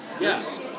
Yes